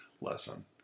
lesson